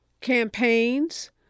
campaigns